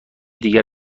دیگر